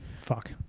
fuck